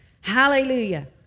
Hallelujah